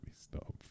stop